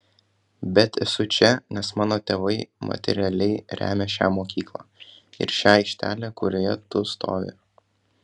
bet esu čia nes mano tėvai materialiai remia šią mokyklą ir šią aikštelę kurioje tu stovi